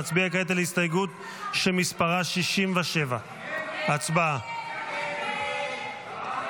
נצביע כעת על הסתייגות שמספרה 67. הסתייגות 67 לא